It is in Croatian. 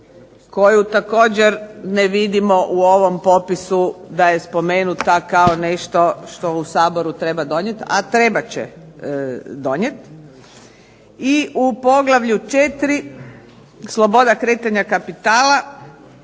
koju također ne vidimo u ovom popisu da je spomenuta kao nešto što u Saboru treba donijeti, a trebat će donijeti. I u poglavlju 4. - Sloboda kretanja kapitala